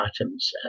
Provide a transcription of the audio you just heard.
items